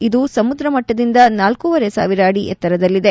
ಇದು ಸಮುದ್ರ ಮಟ್ಟದಿಂದ ನಾಲೂವರೆ ಸಾವಿರ ಅಡಿ ಎತ್ತರದಲ್ಲಿದೆ